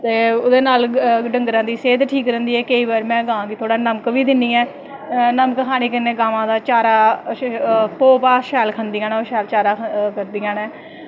ते ओह्दे नाल डंगरां दी सेह्त ठीक रैंह्दी ऐ केंई बार में गां गी थोह्ड़ा नमक बी दिन्नी आं नमक खानें नाल गवां गा चारा भो भाह् शैल खंदियां नैं शैल चारा करदियां नैं